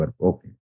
Okay